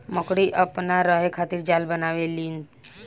मकड़ी अपना रहे खातिर जाल बनावे ली स